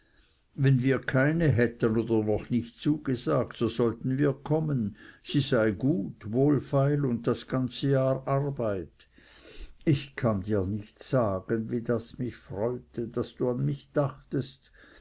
wenn wir keine hätten oder noch nicht zugesagt so sollten wir kommen sie sei gut wohlfeil und das ganze jahr arbeit ich kann dir nicht sagen wie das mich freute daß du an mich dachtest